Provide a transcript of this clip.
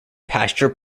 pasture